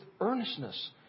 earnestness